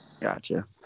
Gotcha